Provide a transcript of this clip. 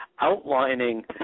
outlining